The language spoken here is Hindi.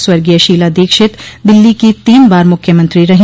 स्वर्गीय शीला दीक्षित दिल्ली की तीन बार मुख्यमंत्री रही